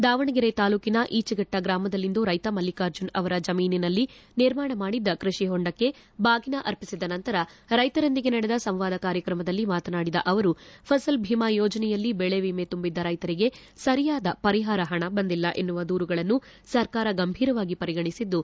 ದಾವಣಗೆರೆ ತಾಲ್ಲೂಕಿನ ಈಚಗಟ್ಟ ಗ್ರಾಮದಲ್ಲಿಂದು ರೈತ ಮಲ್ಲಿಕಾರ್ಮನ್ ಅವರ ಜಮೀನಿನಲ್ಲಿ ನಿರ್ಮಾಣ ಮಾಡಿದ್ದ ಕೃಷಿ ಹೊಂಡಕ್ಕೆ ಬಾಗಿನ ಅರ್ಪಿಸಿದ ನಂತರ ರೈತರೊಂದಿಗೆ ನಡೆದ ಸಂವಾದ ಕಾರ್ಯಕ್ರಮದಲ್ಲಿ ಮಾತನಾಡಿದ ಅವರು ಫಸಲ್ ಭಿಮಾ ಯೋಜನೆಯಡಿಯಲ್ಲಿ ಬೆಳೆ ವಿಮೆ ತುಂಬಿದ್ದ ರೈತರಿಗೆ ಸರಿಯಾದ ಪರಿಹಾರ ಪಣ ಬಂದಿಲ್ಲ ಎನ್ನುವ ದೂರುಗಳನ್ನು ಸರ್ಕಾರ ಗಂಭೀರವಾಗಿ ಪರಿಗಣಿಸಿದ್ದು